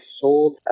sold